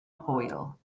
hwyl